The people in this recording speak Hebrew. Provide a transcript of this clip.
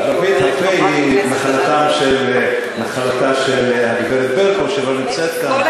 בערבית הפ"א היא נחלתה של הגברת ברקו שלא נמצאת פה.